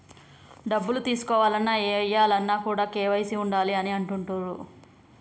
డబ్బులు తీసుకోవాలన్న, ఏయాలన్న కూడా కేవైసీ ఉండాలి అని అంటుంటరు